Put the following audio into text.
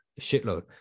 shitload